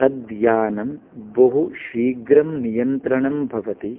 तद्यानं बहुशीघ्रं नियन्त्रणं भवति